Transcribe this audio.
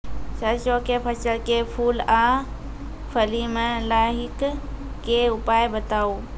सरसों के फसल के फूल आ फली मे लाहीक के उपाय बताऊ?